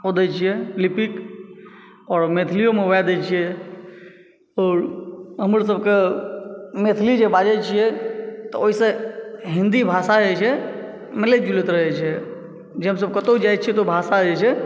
ओ दय छियैक लिपिक आओर मैथिलियो मऽ ओहे दय छियै आओर हमसभक मैथिली जे बाजै छियै तऽ ओहिसँ हिन्दी भाषा जे छै मिलै जुलैत रहै छै जे हमसभ कतहु जे जाइ छियै तऽ ओ भाषा जे छै